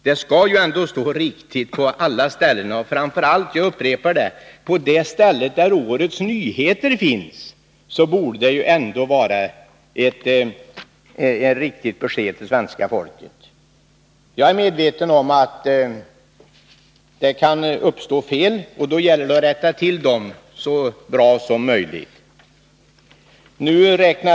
Det skall ju ändå stå rätt på alla ställen och framför allt — jag upprepar det — på det ställe där årets nyheter presenteras. Där borde ändå riktigt besked ges till svenska folket. Jag är medveten om att det kan uppstå fel, och då gäller det att rätta till dem så bra som möjligt.